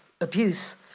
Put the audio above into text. abuse